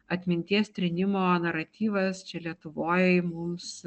atminties trynimo naratyvas čia lietuvoj mums